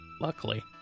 luckily